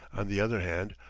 on the other hand,